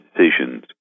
decisions